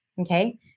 okay